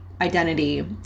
identity